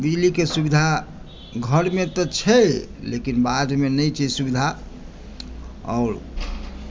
बिजलीके सुविधा घरमे तऽ छै लेकिन बाधमे नहि छै सुविधा आओर